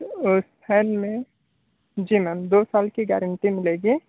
उस फैन में जी मैम दो साल की गारंटी मिलेगी